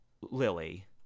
Lily